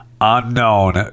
unknown